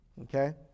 Okay